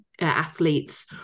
athletes